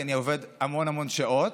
כי אני עובד המון המון שעות.